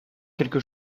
quelque